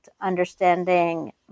Understanding